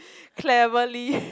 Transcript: cleverly